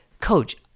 Coach